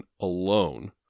alone